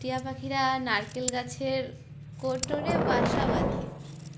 টিয়া পাখিরা নারকেল গাছের কোটরে বাসা বাঁধে